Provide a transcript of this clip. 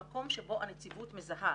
במקום שבו הנציבות מזהה,